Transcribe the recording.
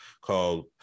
called